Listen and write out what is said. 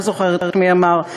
לא זוכרת מי אמר,